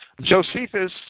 Josephus